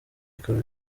ikaba